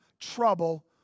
trouble